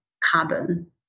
carbon